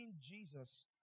Jesus